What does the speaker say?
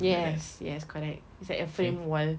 yes yes correct it's like a frame wall